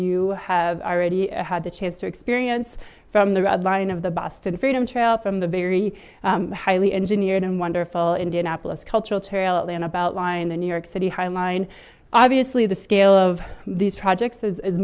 you have already had the chance to experience from the red line of the boston freedom trail from the very highly engineered and wonderful indianapolis cultural trail atlanta beltline the new york city high line obviously the scale of these projects is